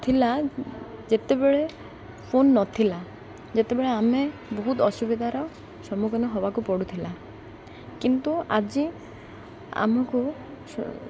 ଥିଲା ଯେତେବେଳେ ଫୋନ୍ ନଥିଲା ଯେତେବେଳେ ଆମେ ବହୁତ ଅସୁବିଧାର ସମ୍ମୁଖୀନ ହେବାକୁ ପଡ଼ୁଥିଲା କିନ୍ତୁ ଆଜି ଆମକୁ